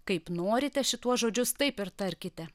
kaip norite šituos žodžius taip ir tarkite